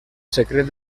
secret